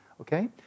okay